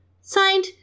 Signed